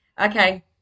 Okay